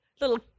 little